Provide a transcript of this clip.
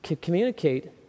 communicate